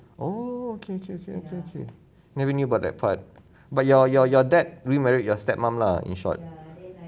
oh K okay okay okay okay never knew about that part but your your your dad remarried your step mum lah in short